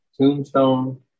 Tombstone